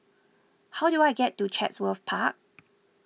how do I get to Chatsworth Park